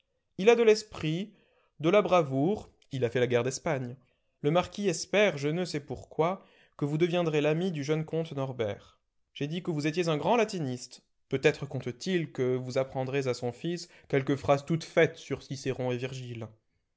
il a de l'esprit de la bravoure il a fait la guerre d'espagne le marquis espère je né sais pourquoi que vous deviendrez l'ami du jeune comte norbert j'ai dit que vous étiez un grand latiniste peut-être compte t il que vous apprendrez à son fils quelques phrases toutes faites sur cicéron et virgile